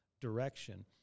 direction